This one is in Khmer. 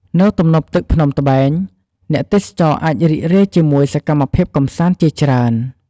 នៅទំនប់ទឹកភ្នំត្បែង អ្នកទេសចរណ៍អាចរីករាយជាមួយសកម្មភាពកម្សាន្តជាច្រើន។